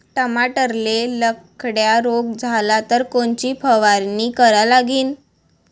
टमाट्याले लखड्या रोग झाला तर कोनची फवारणी करा लागीन?